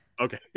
Okay